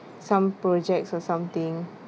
some projects or something